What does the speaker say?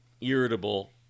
irritable